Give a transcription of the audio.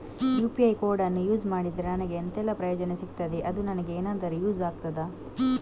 UPI ಕೋಡನ್ನು use ಮಾಡಿದ್ರೆ ನನಗೆ ಎಂಥೆಲ್ಲಾ ಪ್ರಯೋಜನ ಸಿಗ್ತದೆ, ಅದು ನನಗೆ ಎನಾದರೂ ಯೂಸ್ ಆಗ್ತದಾ?